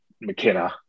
McKenna